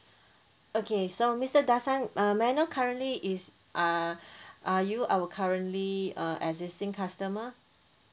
okay so mister darshan uh may I know currently is uh are you our currently err existing customer